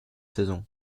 saisons